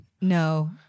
No